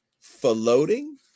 floating